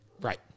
Right